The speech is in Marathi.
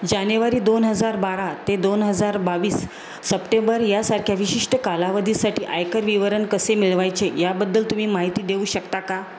जानेवारी दोन हजार बारा ते दोन हजार बावीस सप्टेंबर यासारख्या विशिष्ट कालावधीसाठी आयकर विवरण कसे मिळवायचे याबद्दल तुम्ही माहिती देऊ शकता का